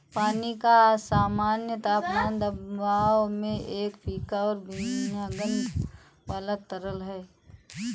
पानी का सामान्य तापमान दबाव में एक फीका और बिना गंध वाला तरल है